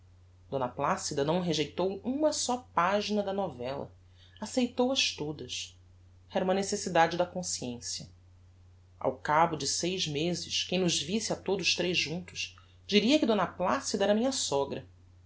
d placida não rejeitou uma só pagina da novella aceitou as todas era uma necessidade da consciencia ao cabo de seis mezes quem nos visse a todos tres juntos diria que d placida era minha sogra